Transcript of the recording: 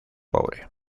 pobre